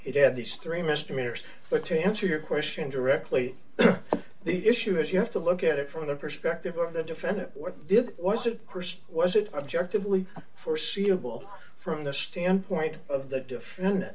had these three misdemeanors but to answer your question directly the issue is you have to look at it from the perspective of the defendant what it was that person was it objectively foreseeable from the standpoint of the defendant